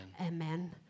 Amen